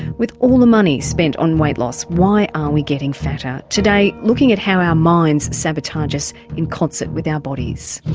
with all the money spent on weight loss why are we getting fatter? today looking at how our minds sabotage us in concert with our bodies.